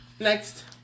Next